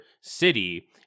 city